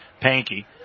Panky